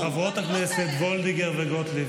חברות הכנסת וולדיגר וגוטליב,